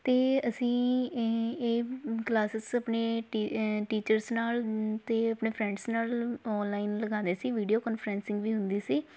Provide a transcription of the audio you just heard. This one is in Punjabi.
ਅਤੇ ਅਸੀਂ ਏ ਇਹ ਕਲਾਸਿਸ ਆਪਣੇ ਟੀ ਟੀਚਰਸ ਨਾਲ ਅਤੇ ਆਪਣੇ ਫਰੈਂਡਸ ਨਾਲ ਔਨਲਾਈਨ ਲਗਾਉਂਦੇ ਸੀ ਵੀਡੀਓ ਕੋਨਫਰੈਸਿੰਗ ਵੀ ਹੁੰਦੀ ਸੀ